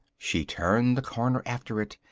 she turned the corner after it,